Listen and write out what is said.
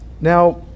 Now